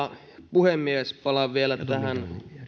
puhemies palaan vielä tähän